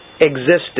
existed